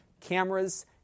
cameras